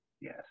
Yes